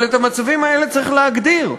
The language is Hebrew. אבל את המצבים האלה צריך להגדיר.